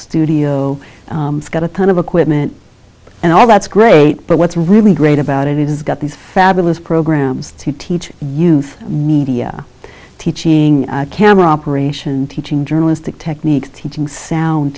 studio got a ton of equipment and all that's great but what's really great about it it's got these fabulous programs to teach you media teaching camera operation teaching journalistic techniques teaching sound